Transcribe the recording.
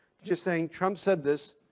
just saying trump said this,